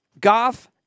Goff